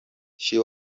she